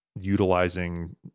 utilizing